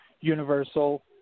universal